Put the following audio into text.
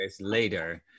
later